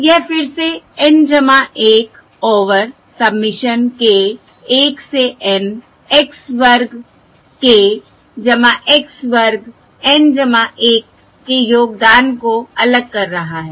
यह फिर से N 1 ओवर सबमिशन k 1 से N x वर्ग k x वर्ग N 1 के योगदान को अलग कर रहा है